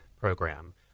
program